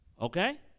Okay